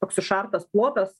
toks išartas plotas